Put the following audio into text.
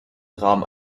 rahmen